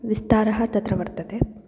विस्तारः तत्र वर्तते